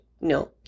no